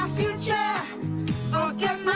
future forget